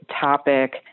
topic